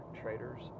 traders